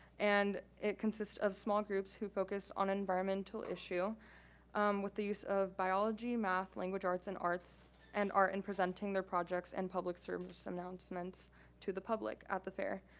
and it consists of small groups who focus on environmental issue with the use of biology, math, language arts and arts and art in presenting their projects and public service announcements to the public at the fair.